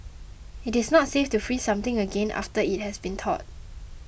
it is not safe to freeze something again after it has been thawed